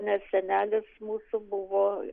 nes senelis mūsų buvo